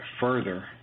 further